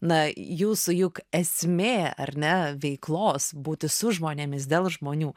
na jūsų juk esmė ar ne veiklos būti su žmonėmis dėl žmonių